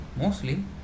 mostly